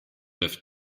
läuft